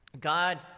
God